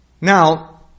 Now